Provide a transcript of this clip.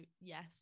yes